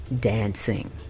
dancing